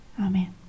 Amen